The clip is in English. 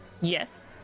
Yes